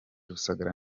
rusagara